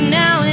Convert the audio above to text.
now